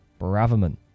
Braverman